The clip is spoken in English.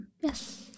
Yes